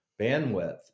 bandwidth